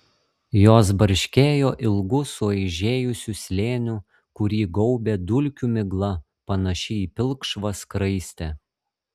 jos barškėjo ilgu suaižėjusiu slėniu kurį gaubė dulkių migla panaši į pilkšvą skraistę